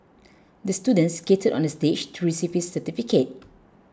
the student skated onto the stage to receive his certificate